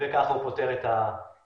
וככה הוא פותר את החידה.